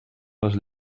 les